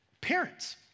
parents